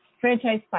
Franchise